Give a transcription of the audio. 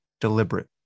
deliberate